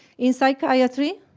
in psychiatry,